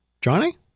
Johnny